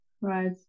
right